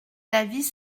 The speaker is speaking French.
l’avis